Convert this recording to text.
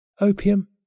Opium